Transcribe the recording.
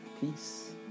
peace